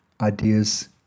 Ideas